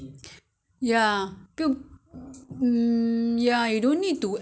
there will be some sweetness in the water so so you don't need to add in anything